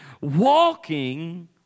Walking